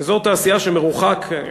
אזור תעשייה שמרוחק,